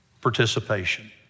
participation